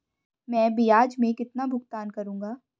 मैं ब्याज में कितना भुगतान करूंगा?